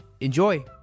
Enjoy